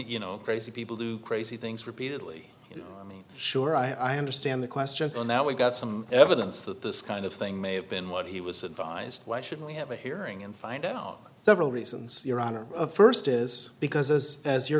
you know crazy people do crazy things repeatedly i mean sure i understand the question and now we've got some evidence that this kind of thing may have been what he was advised why should we have a hearing and find out several reasons your honor first is because as as you're